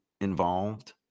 involved